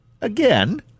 again